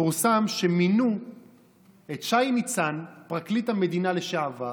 פורסם שמינו את שי ניצן, פרקליט המדינה לשעבר,